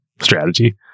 strategy